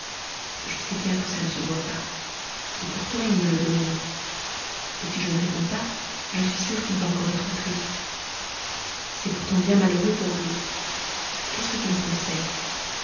je sais bien que ça ne se doit pas pourtant il me le demande si je ne réponds pas je suis sûre qu'il va encore être triste c'est pourtant bien malheureux pour lui qu'est-ce que tu me conseilles